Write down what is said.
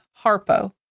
Harpo